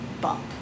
bump